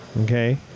Okay